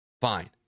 fine